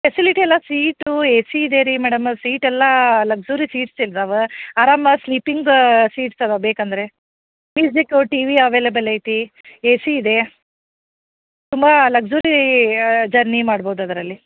facility ಎಲ್ಲ seat A C ಇದೇರಿ madam seat ಎಲ್ಲ ಲಕ್ಸುರಿ ಸೀಟ್ಸ್ ಇದ್ದಾವೆ ಆರಾಮ ಸ್ಲೀಪಿಂಗ ಸೀಟ್ಸ್ ಅದಾವೆ ಬೇಕಂದರೆ ಮ್ಯೂಸಿಕು ಟಿ ವಿ ಅವೆಲಬಲ್ ಐತಿ ಎ ಸಿ ಇದೆ ತುಂಬ ಲಕ್ಸುರಿ ಜರ್ನಿ ಮಾಡ್ಬೋದು ಅದರಲ್ಲಿ